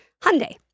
Hyundai